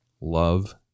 Love